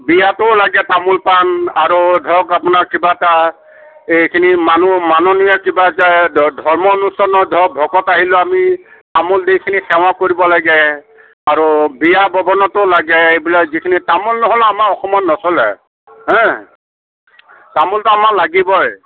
বিয়াতো লাগে তামোল পাণ আৰু ধৰক আপোনাৰ কিবা এটা এইখিনি মানু মাননীয় কিবা এটা দ ধৰ্ম অনুষ্ঠানত ধৰক ভকত আহিলে আমি তামোল দি কিনি সেৱা কৰিব লাগে আৰু বিয়া ভৱনতো লাগে এইবিলাক যিখিনি তামোল নহ'লে আমাৰ অসমত নচলে হেঁ তামোলতো আমাক লাগিবই